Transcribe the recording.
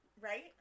Right